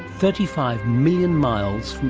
thirty five million miles from